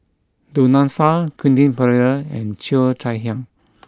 Du Nanfa Quentin Pereira and Cheo Chai Hiang